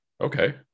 okay